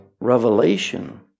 revelation